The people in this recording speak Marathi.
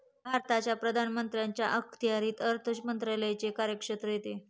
भारताच्या पंतप्रधानांच्या अखत्यारीत अर्थ मंत्रालयाचे कार्यक्षेत्र येते